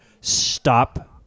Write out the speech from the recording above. stop